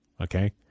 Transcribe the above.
okay